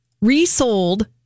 resold